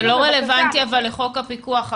זה לא רלוונטי לחוק הפיקוח.